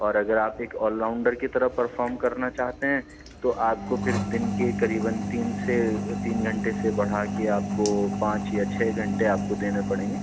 اور اگر آپ ایک آل راؤنڈر کی طرف پرفارم کرنا چاہتے ہیں تو آپ کو پھر دن کے قریباً تین سے تین گھنٹے سے بڑھا کے آپ کو پانچ یا چھ گھنٹے آپ کو دینے پڑیں گے